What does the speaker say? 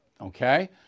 Okay